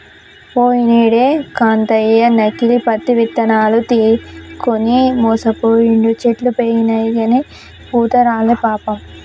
పోయినేడు కాంతయ్య నకిలీ పత్తి ఇత్తనాలు కొని మోసపోయిండు, చెట్లు పెరిగినయిగని పూత రాలే పాపం